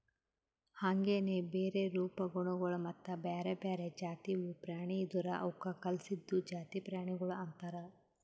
ಹಾಂಗೆನೆ ಬೇರೆ ರೂಪ, ಗುಣಗೊಳ್ ಮತ್ತ ಬ್ಯಾರೆ ಬ್ಯಾರೆ ಜಾತಿವು ಪ್ರಾಣಿ ಇದುರ್ ಅವುಕ್ ಕಲ್ಸಿದ್ದು ಜಾತಿ ಪ್ರಾಣಿಗೊಳ್ ಅಂತರ್